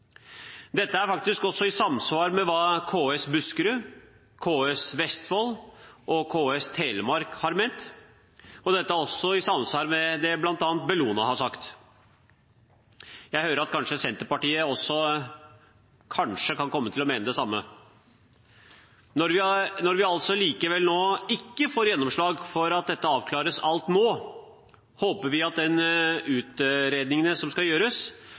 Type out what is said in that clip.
Dette er også i samsvar med hva KS Buskerud, KS Vestfold og KS Telemark har ment, og det er også i samsvar med det bl.a. Bellona har sagt. Jeg hører at Senterpartiet kanskje også kan komme til å mene det samme. Når vi likevel ikke får gjennomslag for at dette avklares alt nå, håper vi at de utredningene som skal gjøres,